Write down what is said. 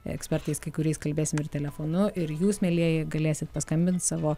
ekspertais kai kuriais kalbėsim ir telefonu ir jūs mielieji galėsit paskambint savo